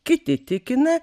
kiti tikina